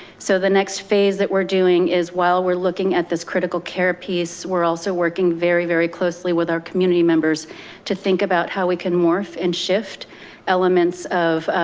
so the next phase that we're doing is while we're looking at this critical care piece, we're also working very, very closely with our community members to think about how we can morph and shift elements of